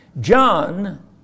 John